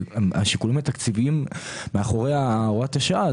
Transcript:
אבל השיקולים התקציביים מאחורי הוראת השעה,